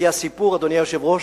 כי הסיפור, אדוני היושב-ראש,